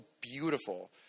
beautiful